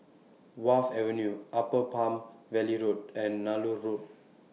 Wharf Avenue Upper Palm Valley Road and Nallur Road